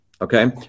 okay